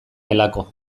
delako